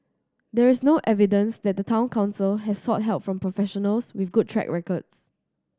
there is no evidence that the Town Council has sought help from professionals with good track records